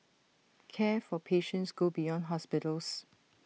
care for patients go beyond hospitals